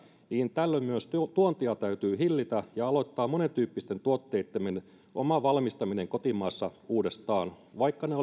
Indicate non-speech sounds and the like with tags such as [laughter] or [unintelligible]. tällöin myös tuontia täytyy hillitä ja aloittaa monentyyppisten tuotteitten oma valmistaminen kotimaassa uudestaan vaikka ne [unintelligible]